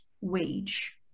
wage